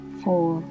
four